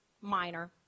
minor